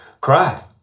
Cry